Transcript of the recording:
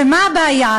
ומה הבעיה?